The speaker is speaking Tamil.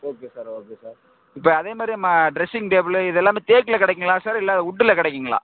ஓகே சார் ஓகே சார் இப்போ அதே மாதிரி நம்ம ட்ரஸ்ஸிங் டேபிளு இது எல்லாமே தேக்கில் கிடைக்குங்களா சார் இல்லை உட்டில் கிடைக்குங்களா